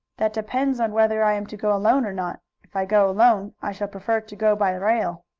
that depends on whether i am to go alone or not. if i go alone i shall prefer to go by rail.